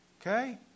Okay